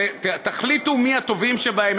תחליטו מי הטובים שבהם,